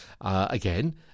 again